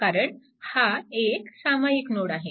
कारण हा एक सामायिक नोडआहे